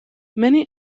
many